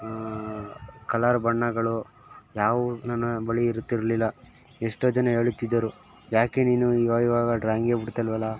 colour ಬಣ್ಣಗಳು ಯಾವೂ ನನ್ನ ಬಳಿ ಇರುತ್ತಿರಲಿಲ್ಲ ಎಷ್ಟೋ ಜನ ಹೇಳುತ್ತಿದ್ದರು ಯಾಕೆ ನೀನು ಇವಾಗ ಇವಾಗ ಡ್ರಾಯಿಂಗೆ ಬಿಡ್ತಾ ಇಲ್ಲವಲ್ಲಾ